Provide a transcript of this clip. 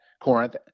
Corinth